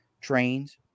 trains